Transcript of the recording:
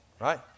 right